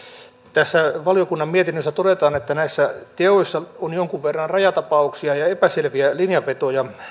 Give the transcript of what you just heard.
tässä valiokunnan mietinnössä todetaan että näissä teoissa on jonkun verran rajatapauksia ja epäselviä linjanvetoja